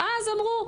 אז אמרו,